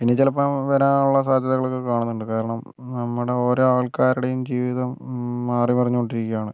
ഇനി ചിലപ്പോൾ വരാനുള്ള സാദ്ധ്യതകളൊക്കെ കാണുന്നുണ്ട് കാരണം നമ്മുടെ ഓരോ ആൾക്കാരുടെയും ജീവിതം മാറി മറിഞ്ഞു കൊണ്ടിരിക്കുകയാണ്